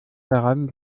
daran